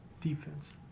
defense